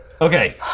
Okay